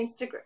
Instagram